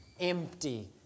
empty